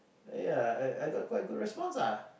ya I I got quite a good response ah